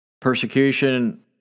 Persecution